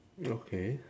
okay